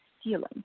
stealing